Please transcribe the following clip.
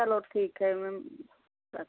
चलो ठीक है मैम रख